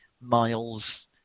miles